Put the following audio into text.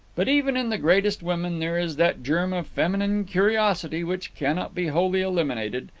but even in the greatest women there is that germ of feminine curiosity which cannot be wholly eliminated,